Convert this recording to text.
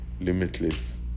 limitless